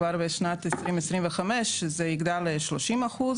כבר בשנת 2025 זה יגדל ל-30 אחוזים,